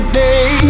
day